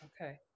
Okay